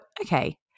okay